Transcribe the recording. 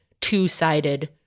two-sided